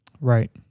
right